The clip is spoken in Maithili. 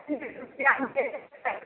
बिस रुपैआमे एकटा